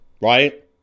right